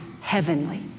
heavenly